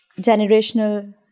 generational